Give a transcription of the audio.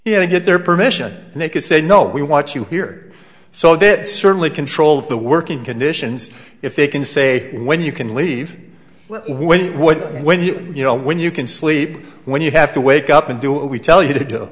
to get their permission and they could say no we want you here so that certainly control of the working conditions if they can say when you can leave when what when you you know when you can sleep when you have to wake up and do what we tell you to do